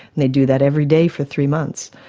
and they do that every day for three months.